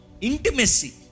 intimacy